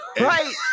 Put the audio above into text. right